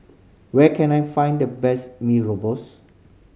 where can I find the best mee